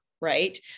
right